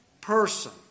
person